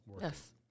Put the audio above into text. Yes